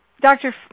Dr